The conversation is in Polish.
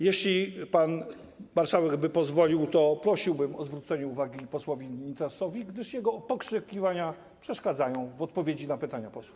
Jeśli pan marszałek by pozwolił, to prosiłbym o zwrócenie uwagi posłowi Nitrasowi, gdyż jego pokrzykiwania przeszkadzają w odpowiedzi na pytania posłów.